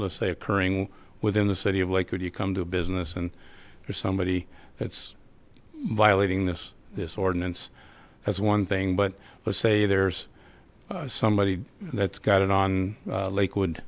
let's say occurring within the city of l a could you come to a business and there's somebody that's violating this this ordinance has one thing but let's say there's somebody that's got it on